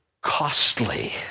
costly